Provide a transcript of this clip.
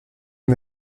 est